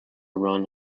run